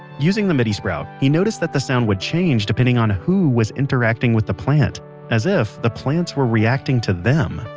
using the midi sprout, he noticed that sounds would change depending on who was interacting with the plant as if the plants were reacting to them.